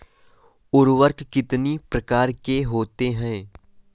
उर्वरक कितनी प्रकार के होते हैं?